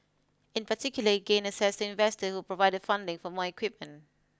in particular it gained access to investors who provided funding for more equipment